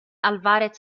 álvarez